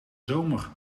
zomer